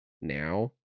now